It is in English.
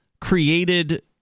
created